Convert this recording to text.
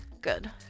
good